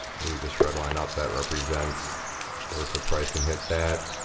move this red line up, that represents where if the price could hit that,